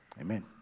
Amen